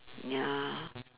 ya